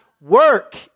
work